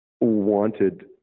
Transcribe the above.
wanted